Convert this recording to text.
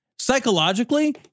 Psychologically